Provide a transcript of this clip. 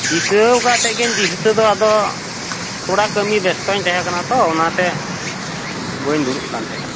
ᱫᱤᱥᱟᱹ ᱟᱠᱟᱫ ᱛᱟᱦᱮᱸᱫ ᱜᱮᱧ ᱫᱤᱥᱟᱹ ᱫᱚ ᱟᱫᱚ ᱛᱷᱚᱲᱟ ᱠᱟᱹᱢᱤ ᱵᱮᱥᱛᱚᱧ ᱛᱟᱦᱮᱸ ᱠᱟᱱᱟ ᱛᱚ ᱚᱱᱟᱛᱮ ᱵᱟᱹᱧ ᱫᱩᱲᱩᱵ ᱠᱟᱱ ᱛᱟᱦᱮᱱᱟ